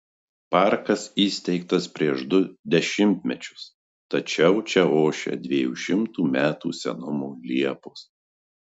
parkas įsteigtas prieš du dešimtmečius tačiau čia ošia dviejų šimtų metų senumo liepos